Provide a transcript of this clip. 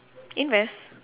invest